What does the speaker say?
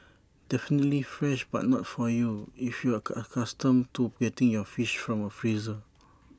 definitely fresh but not for you if you're A accustomed to getting your fish from A freezer